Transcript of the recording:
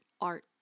art